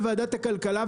בוועדת הכלכלה,